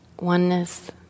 oneness